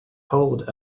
hold